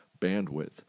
bandwidth